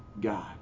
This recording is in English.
god